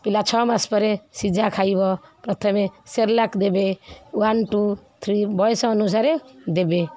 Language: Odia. ପିଲା ଛଅ ମାସ ପରେ ସିଝା ଖାଇବ ପ୍ରଥମେ ସେର୍ଲାକ୍ ଦେବେ ୱାନ୍ ଟୁ ଥ୍ରୀ ବୟସ ଅନୁସାରେ ଦେବେ